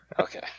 Okay